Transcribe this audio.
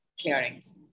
clearings